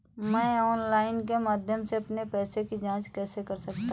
मैं ऑनलाइन के माध्यम से अपने पैसे की जाँच कैसे कर सकता हूँ?